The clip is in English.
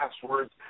passwords